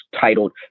titled